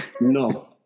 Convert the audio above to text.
No